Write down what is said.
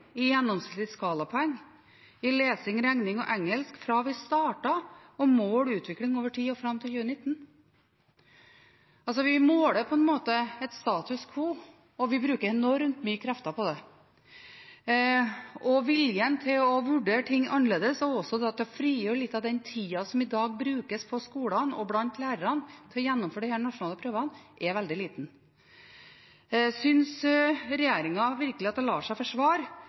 i gjennomsnittlig skalapoeng i lesing, regning og engelsk fra vi startet å måle utvikling over tid og frem til 2019.» Vi måler på en måte status quo, og vi bruker enormt mye krefter på det. Viljen til å vurdere ting annerledes og også til å frigjøre litt av den tida som i dag brukes på skolen og blant lærerne til å gjennomføre disse nasjonale prøvene, er veldig liten. Synes regjeringen virkelig det lar seg